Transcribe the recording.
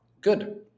good